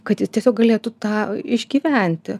kad jis tiesiog galėtų tą išgyventi